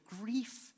grief